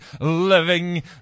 living